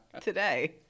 Today